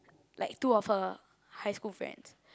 like two of her high school friends